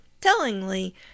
Tellingly